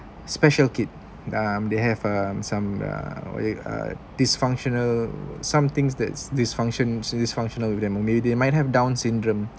special kid um they have uh some uh what you uh dysfunctional something's that's dysfunctions dysfunctional with them or maybe they might have down syndrome